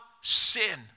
sin